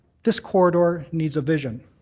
this corridor needs a vision.